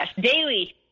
Daily